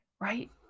right